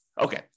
Okay